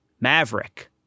Maverick